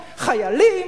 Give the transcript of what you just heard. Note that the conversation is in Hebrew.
חיילים,